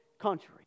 country